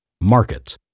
Market